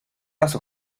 las